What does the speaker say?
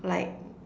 like